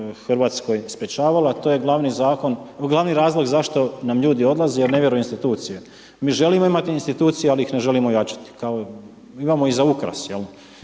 u RH sprječavale a to je glavni razlog zašto nam ljudi odlaze jer ne vjeruju instituciji. Mi želimo imati institucije ali ih ne želimo ojačati, kao, imamo ih za ukras. I